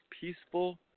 peaceful